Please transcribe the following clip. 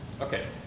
Okay